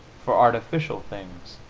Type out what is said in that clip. for artificial things.